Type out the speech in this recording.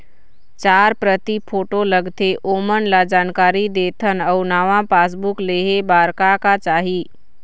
चार प्रति फोटो लगथे ओमन ला जानकारी देथन अऊ नावा पासबुक लेहे बार का का चाही?